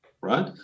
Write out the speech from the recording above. right